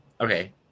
okay